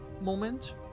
moment